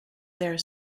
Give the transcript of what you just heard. their